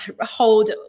hold